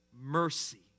mercy